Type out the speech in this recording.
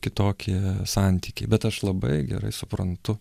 kitokie santykiai bet aš labai gerai suprantu